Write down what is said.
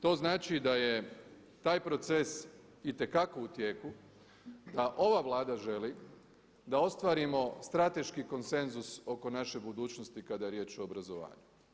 To znači da je taj proces itekako u tijeku da ova Vlada želi da ostvarimo strateški konsenzus oko naše budućnosti kada je riječ o obrazovanju.